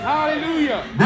Hallelujah